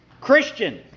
Christian